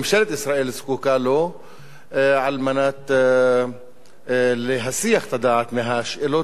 שממשלת ישראל זקוקה לו על מנת להסיח את הדעת משאלות